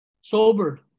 sobered